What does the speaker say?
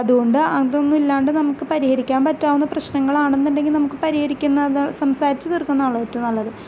അതുകൊണ്ട് അതൊന്നും ഇല്ലാണ്ട് നമുക്ക് പരിഹരിയ്ക്കാൻ പറ്റാവുന്ന പ്രശ്നങ്ങളാണെന്നുണ്ടെങ്കിൽ നമുക്ക് പരിഹരിക്കുന്ന സംസാരിച്ച് തീർക്കുന്നതാണല്ലോ ഏറ്റവും നല്ലത്